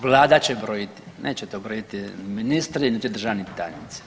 Vlada će brojiti, neće to brojiti ministri, niti državni tajnici.